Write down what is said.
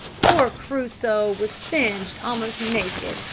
poor crusoe was singed almost naked.